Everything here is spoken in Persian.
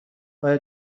آیا